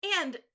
And-